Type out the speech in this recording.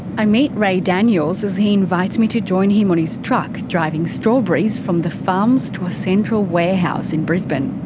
i meet ray daniels as he invites me to join him on his truck, driving strawberries from the farms to a central warehouse in brisbane.